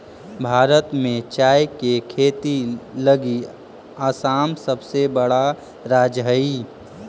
भारत में चाय के खेती लगी असम सबसे बड़ा राज्य हइ